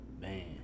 man